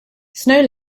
snow